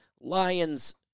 Lions